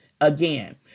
again